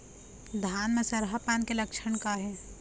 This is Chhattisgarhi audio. धान म सरहा पान के लक्षण का हे?